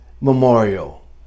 Memorial